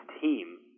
team